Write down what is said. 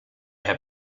have